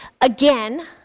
again